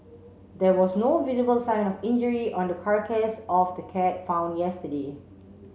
there was no visible sign of injury on the carcass of the cat found yesterday